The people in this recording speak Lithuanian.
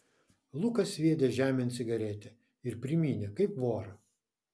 lukas sviedė žemėn cigaretę ir primynė kaip vorą